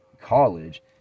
college